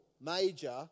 major